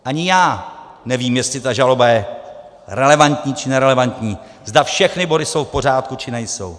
Ani já nevím, jestli ta žaloba je relevantní, či nerelevantní, zda všechny body jsou v pořádku, či nejsou.